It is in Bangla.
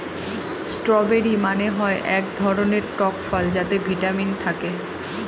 স্ট্রওবেরি মানে হয় এক ধরনের টক ফল যাতে ভিটামিন থাকে